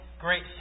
great